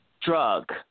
drug